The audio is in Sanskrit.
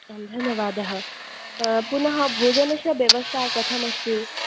आं धन्यवादः पुनः भोजनस्य व्यवस्था कथम् अस्ति